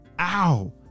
Ow